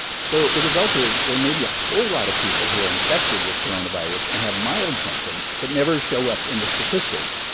so the result is there may be a whole lot of people who are infected with coronavirus and have mild symptoms but never show up in the statistics.